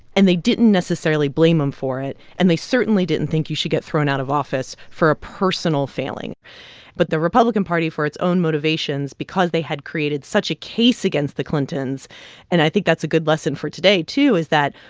and they didn't necessarily blame him for it, and they certainly didn't think you should get thrown out of office for a personal failing but the republican party, for its own motivations, because they had created such a case against the clintons and i think that's a good lesson for today, too, is that,